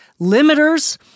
limiters